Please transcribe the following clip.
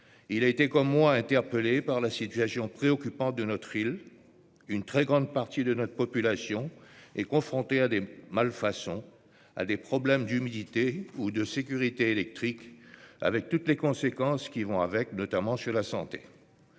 qui a été comme moi interpellé par la situation préoccupante de notre île. Une très grande partie de notre population est confrontée à des malfaçons et à des problèmes d'humidité ou de sécurité électrique, avec toutes les conséquences qui vont avec, notamment pour la santé.